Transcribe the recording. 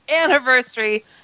anniversary